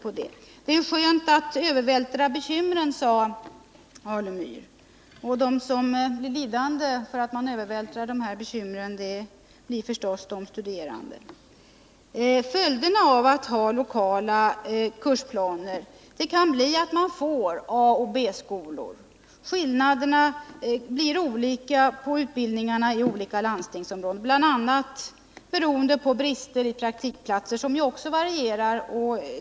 79 Det är skönt att övervältra bekymren, sade Stig Alemyr vidare. Men de som blir lidande på att man övervältrar bekymren är förstås de studerande. Följden av att ha lokala kursplaner kan bli att man får A och B-skolor. Det blir skillnader mellan utbildningarna i olika landstingsområden, bl.a. beroende på brister i praktikplatser, där förhållandena också varierar.